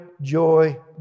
joy